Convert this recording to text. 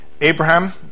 Abraham